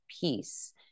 peace